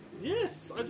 yes